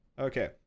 Okay